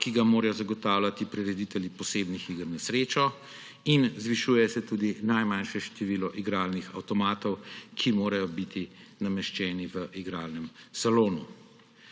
ki ga morajo zagotavljati prireditelji posebnih iger na srečo, in zvišuje se tudi najmanjše število igralnih avtomatov, ki morajo biti nameščeni v igralnem salonu.